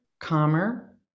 calmer